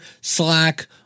Slack